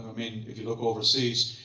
i mean if you look overseas,